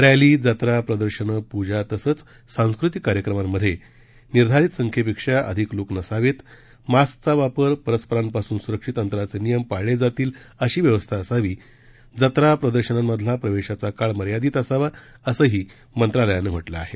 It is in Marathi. रॅली जत्रा प्रदर्शनं प्जा तसंच सांस्कृतिक कार्यक्रमांमधे निर्धारित संख्येपेक्षा अधिक लोक नसावेत मास्कचा वापर परस्परांपासून सुरक्षित अंतराचे नियम पाळले जातील अशी व्यवस्था असावी जन्ना प्रदर्शनांमधला प्रवेशाचा काळ मर्यादित असावा असंही मंत्रालयानं म्हटलं आहे